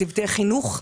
צוותי חינוך,